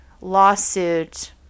lawsuit